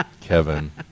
kevin